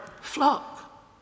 flock